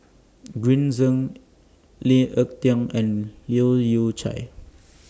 Green Zeng Lee Ek Tieng and Leu Yew Chye